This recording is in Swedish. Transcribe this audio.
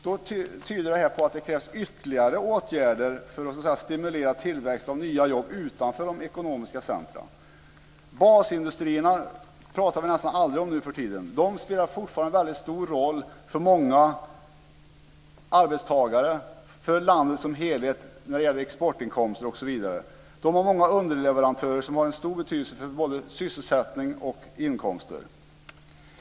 Detta tyder på att det krävs ytterligare åtgärder för att stimulera tillväxt och nya jobb utanför de ekonomiska centrumen. Basindustrierna talar vi nästan aldrig om nu för tiden. De spelar fortfarande en mycket stor roll för många arbetstagare, för landet som helhet, när det gäller exportinkomster osv. De har många underleverantörer som har en stor betydelse för både sysselsättning och inkomster.